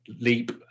leap